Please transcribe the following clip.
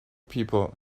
people